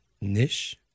niche